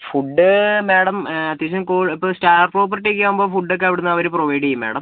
food madam അത്യാവശ്യം കോ അപ്പം സ്റ്റാർ പ്രോപ്പർട്ടി ഒക്കെ ആവുമ്പം ഫുഡ് ഒക്കെ അവിടുന്ന് അവർ പ്രൊവൈഡ് ചെയ്യും മാഡം